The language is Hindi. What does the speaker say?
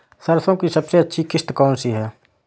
सरसो की सबसे अच्छी किश्त कौन सी है?